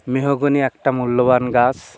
mahogany একটা মূল্যবান গাছ